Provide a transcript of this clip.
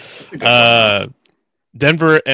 Denver